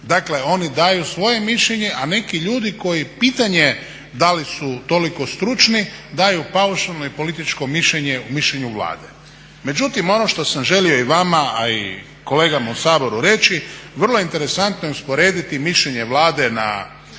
Dakle oni daju svoje mišljenje, a neki ljudi koji pitanje da li su toliko stručni daju paušalno i političko mišljenje u mišljenju Vlade. Međutim, ono što sam želio i vama, a i kolegama u Saboru reći, vrlo interesantno je usporediti mišljenje Vlade na